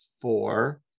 four